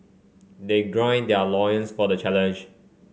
they gird their loins for the challenge